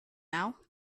now